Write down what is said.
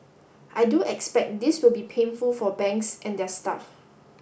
I do expect this will be painful for banks and their staff